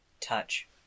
touch